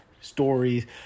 Stories